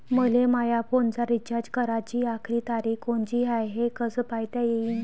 मले माया फोनचा रिचार्ज कराची आखरी तारीख कोनची हाय, हे कस पायता येईन?